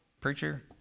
preacher